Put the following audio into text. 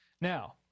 Now